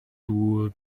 dŵr